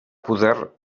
poder